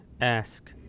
Ask